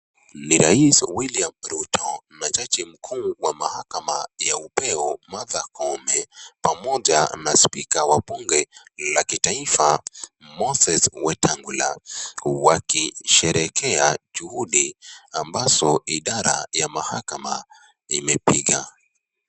Ni rais William Ruto na jaji mkuu wa mahakama ya upeo Martha Koome pamoja na spika wa bunge la kitaifa Moses Wetangula wakisherehekea juhudi ambazo idhara ya mahakama imepiga.